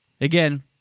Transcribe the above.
Again